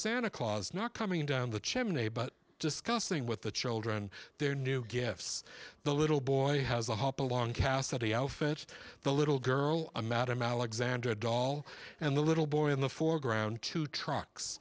santa claus not coming down the chimney but discussing with the children their new gifts the little boy has a hopalong cassidy outfit the little girl a matter i'm alexandra dall and the little boy in the foreground two trucks